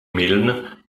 milne